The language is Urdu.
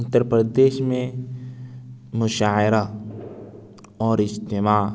اتر پردیش میں مشاعرہ اور اجتماع